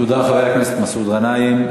תודה, חבר הכנסת מסעוד גנאים.